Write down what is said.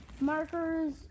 markers